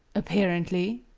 apparently?